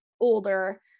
older